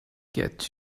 get